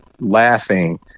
laughing